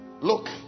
Look